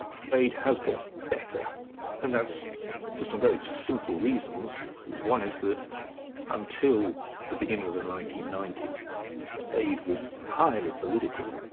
aid has got better and that's for some very simple reasons, that one, is that until the beginning of the nineteen ninety s aid was highly political,